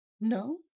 No